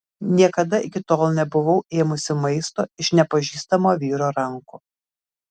niekada iki tol nebuvau ėmusi maisto iš nepažįstamo vyro rankų